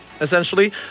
essentially